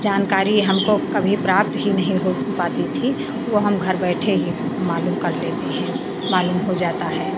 जानकारी हमको कभी प्राप्त ही नहीं हो पाती थीं वो हम घर बैठे ही मालूम कर लेते हैं मालूम हो जाता है